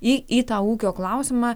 į tą ūkio klausimą